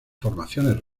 formaciones